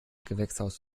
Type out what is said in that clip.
gewächshaus